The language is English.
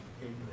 Amen